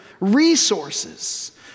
resources